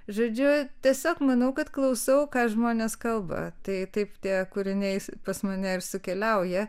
žaidžiu tiesiog manau kad klausau ką žmonės kalba tai taip tie kūriniais pas mane ir su keliauja